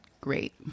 Great